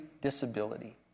disability